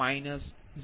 946 મળે છે